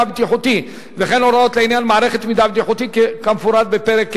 בטיחותי וכן הוראות לעניין מערכת מידע בטיחותי כמפורט בפרק.